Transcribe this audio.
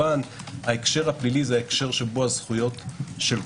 ההקשר הפלילי זה ההקשר שהזכויות של כולנו,